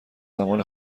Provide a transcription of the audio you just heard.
زمان